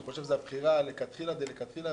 אני חושב שזו הבחירה לכתחילה דלכתחילה,